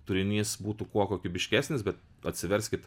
turinys būtų kuo kokybiškesnis bet atsiverskit